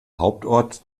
hauptort